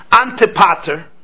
Antipater